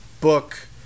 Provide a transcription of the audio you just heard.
book